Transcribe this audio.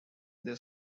they